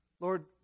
Lord